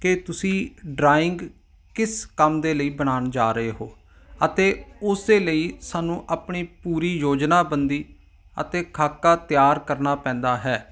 ਕਿ ਤੁਸੀਂ ਡਰਾਇੰਗ ਕਿਸ ਕੰਮ ਦੇ ਲਈ ਬਣਾਉਣ ਜਾ ਰਹੇ ਹੋ ਅਤੇ ਉਸਦੇ ਲਈ ਸਾਨੂੰ ਆਪਣੀ ਪੂਰੀ ਯੋਜਨਾਬੰਦੀ ਅਤੇ ਖਾਕਾ ਤਿਆਰ ਕਰਨਾ ਪੈਂਦਾ ਹੈ